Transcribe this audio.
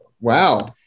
Wow